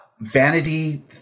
Vanity